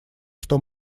что